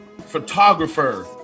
photographer